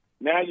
Now